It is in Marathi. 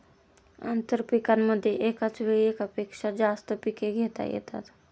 आंतरपीकांमध्ये एकाच वेळी एकापेक्षा जास्त पिके घेता येतात